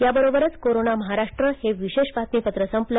याबरोबरच कोरोना महाराष्ट्र हे विशेष बातमीपत्र संपलं